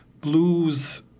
blues